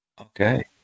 okay